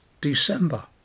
December